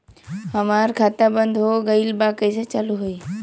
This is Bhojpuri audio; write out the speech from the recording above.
हमार खाता बंद हो गईल बा कैसे चालू होई?